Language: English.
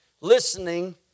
listening